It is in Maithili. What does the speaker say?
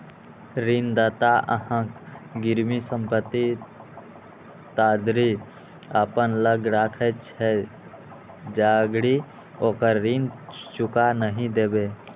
ऋणदाता अहांक गिरवी संपत्ति ताधरि अपना लग राखैत छै, जाधरि ओकर ऋण चुका नहि देबै